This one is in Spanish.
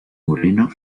moreno